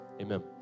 Amen